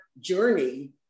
journey